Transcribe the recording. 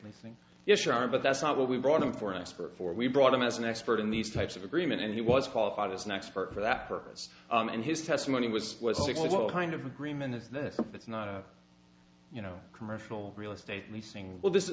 we think yes sure but that's not what we brought him for an expert for we brought him as an expert in these types of agreement and he was qualified as an expert for that purpose and his testimony was was it what kind of agreement is this it's not you know commercial real estate leasing well this